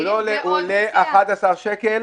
הוא עולה 5 שקלים,